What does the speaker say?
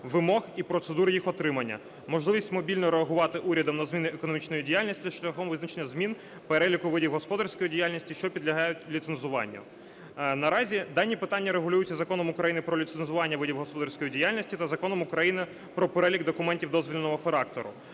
вимог і процедур їх отримання, можливість мобільно реагувати урядом на зміни економічної діяльності шляхом визначення змін, переліку видів господарської діяльності, що підлягають ліцензуванню. Наразі дані питання регулюються Законом України "Про ліцензування видів господарської діяльності" та Законом України про перелік документів дозвільного характеру.